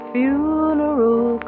funeral